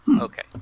Okay